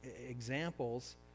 examples